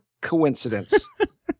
coincidence